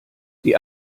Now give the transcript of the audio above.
die